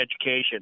education